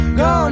go